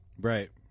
right